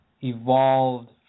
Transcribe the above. evolved